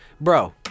bro